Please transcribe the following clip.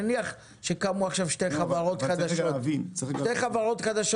נניח שקמו עכשיו שתי חברות חדשות.